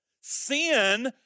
sin